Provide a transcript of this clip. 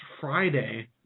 Friday